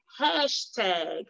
hashtag